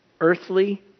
earthly